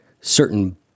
certain